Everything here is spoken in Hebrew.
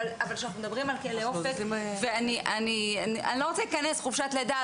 אבל כשאנחנו מדברים על כלא אופק אני לא רוצה להיכנס לגבי חופשת לידה,